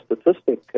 statistic